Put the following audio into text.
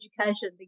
education